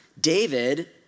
David